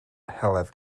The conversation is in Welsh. heledd